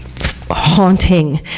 haunting